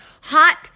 hot